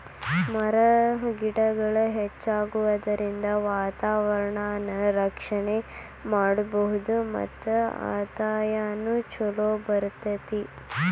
ಮರ ಗಿಡಗಳ ಹೆಚ್ಚಾಗುದರಿಂದ ವಾತಾವರಣಾನ ರಕ್ಷಣೆ ಮಾಡಬಹುದು ಮತ್ತ ಆದಾಯಾನು ಚುಲೊ ಬರತತಿ